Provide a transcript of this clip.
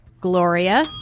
Gloria